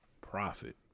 profit